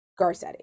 Garcetti